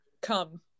Come